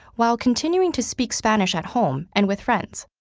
while continuing to speak spanish at home and with friends.